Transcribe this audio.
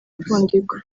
impfundiko